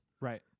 Right